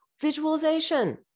Visualization